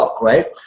right